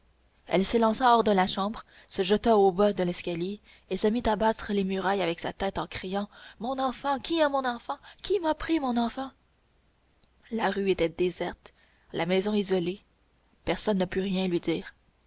elle s'élança hors de la chambre se jeta au bas de l'escalier et se mit à battre les murailles avec sa tête en criant mon enfant qui a mon enfant qui m'a pris mon enfant la rue était déserte la maison isolée personne ne put lui rien dire